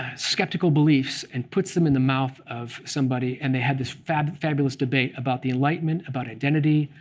skeptical beliefs and puts them in the mouth of somebody. and they have this fabulous fabulous debate about the enlightenment, about identity,